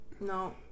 no